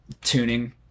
tuning